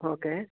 okay